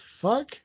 fuck